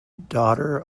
daughter